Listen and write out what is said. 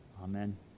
Amen